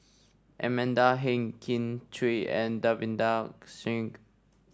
Amanda Heng Kin Chui and Davinder Singh